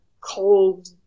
cold